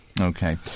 Okay